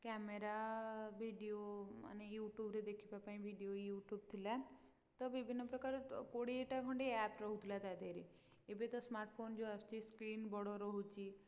camera video ମାନେ ୟୁଟୁବରେ ଦେଖିବା ପାଇଁ ଭିଡ଼ିଓ ୟୁଟୁବ୍ ଥିଲା ତ ବିଭିନ୍ନ ପ୍ରକାର କୋଡ଼ିଏଟା ଖଣ୍ଡେ ଆପ୍ ରହୁଥିଲା ତା ଧିଏରେ ଏବେ ତ ସ୍ମାର୍ଟଫୋନ୍ ଯେଉଁ ଆସୁଛି ସ୍କ୍ରିନ୍ ବଡ଼ ରହୁଛି